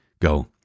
Go